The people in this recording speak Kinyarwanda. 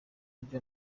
ibyo